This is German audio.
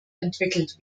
entwickelt